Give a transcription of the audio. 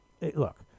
Look